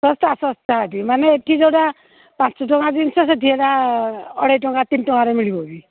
ଶସ୍ତା ଶସ୍ତା ଏଠି ମାନେ ଏଠି ଯୋଉଟା ପାଞ୍ଚ ଟଙ୍କା ଜିନିଷ ସେଠି ହେଟା ଅଢ଼େଇ ଟଙ୍କା ତିନି ଟଙ୍କାରେ ମିଳିବ ବି